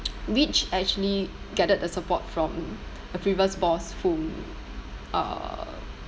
which actually gathered the support from a previous boss who uh